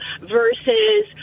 versus